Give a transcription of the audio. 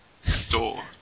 store